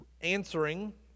answering